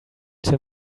till